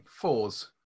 fours